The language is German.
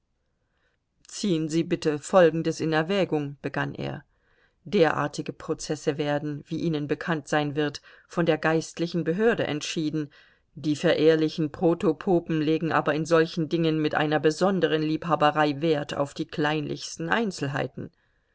ziehen sie bitte folgendes in erwägung begann er derartige prozesse werden wie ihnen bekannt sein wird von der geistlichen behörde entschieden die verehrlichen protopopen legen aber in solchen dingen mit einer besonderen liebhaberei wert auf die kleinlichsten einzelheiten